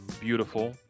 beautiful